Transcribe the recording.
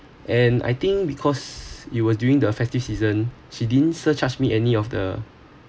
and I think because it was during the festive season she didn't surcharged me any of the